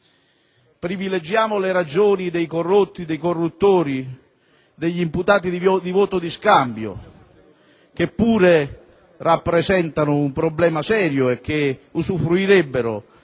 Privilegiamo le ragioni dei corrotti, dei corruttori, degli imputati di voto di scambio, che pure rappresentano un problema serio e che usufruirebbero